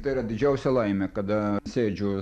tai yra didžiausia laimė kada sėdžiu